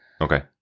Okay